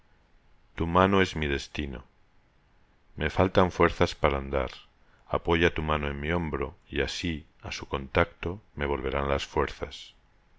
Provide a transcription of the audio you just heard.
tu mano es mi destino me faltan fuerzas para andar apoya tu mano en mi hombro y así á su contacto me volverán las fuerzas